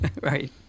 Right